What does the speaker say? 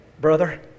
Brother